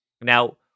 Now